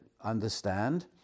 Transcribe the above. understand